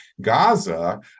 gaza